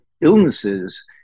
illnesses